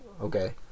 okay